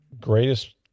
Greatest